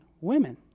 women